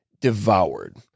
devoured